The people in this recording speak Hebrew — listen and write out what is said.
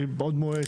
מבעוד מועד,